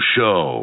Show